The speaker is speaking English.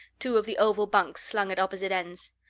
two of the oval bunks slung at opposite ends,